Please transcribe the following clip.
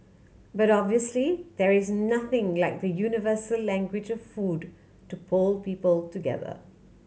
but obviously there is nothing like the universal language food to pull people together